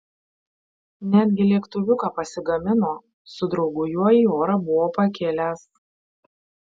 netgi lėktuviuką pasigamino su draugu juo į orą buvo pakilęs